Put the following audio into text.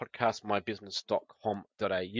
podcastmybusiness.com.au